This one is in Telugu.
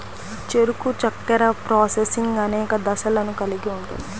చెరకు చక్కెర ప్రాసెసింగ్ అనేక దశలను కలిగి ఉంటుంది